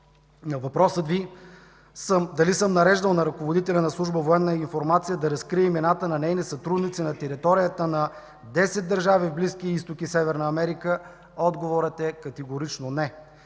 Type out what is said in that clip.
На въпроса Ви дали да съм нареждал на ръководителя на служба „Военна информация” да разкрие имената на нейни сътрудници на територията на 10 държави в Близкия изток и Северна Америка, отговорът е категорично не.